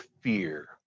fear